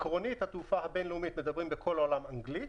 בתעופה הבינלאומית מדברים באנגלית.